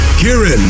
Kieran